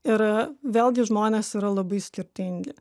ir vėlgi žmonės yra labai skirtingi